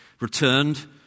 returned